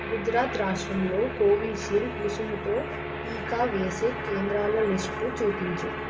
గుజరాత్ రాష్ట్రంలో కోవిషీల్డ్ రుసుముతో టీకా వేసే కేంద్రాల లిస్టు చూపించు